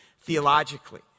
theologically